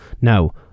Now